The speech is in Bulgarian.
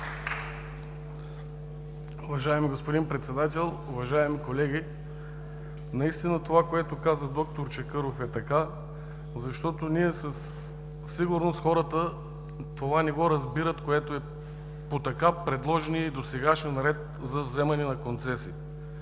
Уважаеми господин Председател, уважаеми колеги! Наистина това, което каза д р Чакъров, е така. Със сигурност хората не разбират това, което е по така предложения и досегашен ред за вземане на концесии.